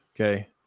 Okay